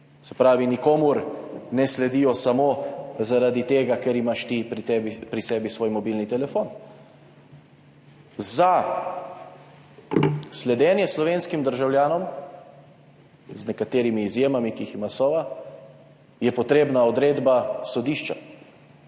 Se pravi, nikomur ne sledijo samo zaradi tega, ker imaš ti pri sebi svoj mobilni telefon. Za sledenje slovenskim državljanom, z nekaterimi izjemami, ki jih ima Sova, je potrebna odredba sodišča.